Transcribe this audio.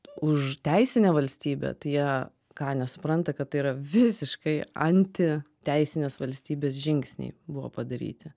už teisinę valstybę tai jie ką nesupranta kad tai yra visiškai anti teisinės valstybės žingsniai buvo padaryti